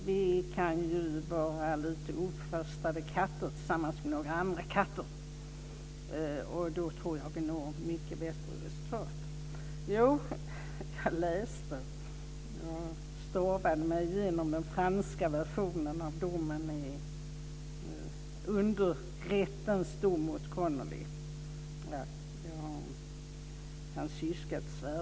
Herr talman! Vi kan vara ouppfostrade katter tillsammans med andra katter. Då tror jag vi når mycket bättre resultat. Jag stavade mig igenom den franska versionen av domen i underrätten mot Connolly.